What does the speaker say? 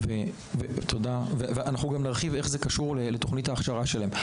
אנחנו גם נרחיב איך זה קשור לתכנית ההכשרה שלהם.